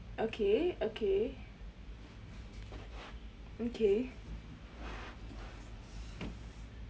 okay okay okay